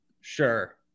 Sure